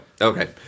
Okay